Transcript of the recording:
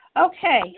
Okay